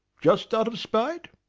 just out of spite?